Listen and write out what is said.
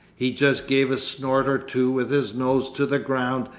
he just gave a snort or two with his nose to the ground,